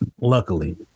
Luckily